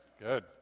good